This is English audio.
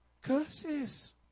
curses